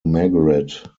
margaret